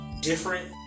different